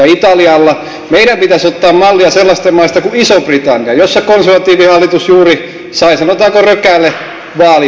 meidän pitäisi ottaa mallia sellaisista maista kuin iso britannia jossa konservatiivihallitus juuri sai sanotaanko rökälevaalivoiton